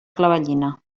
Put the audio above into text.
clavellina